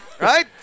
right